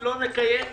לא נקיים דיון,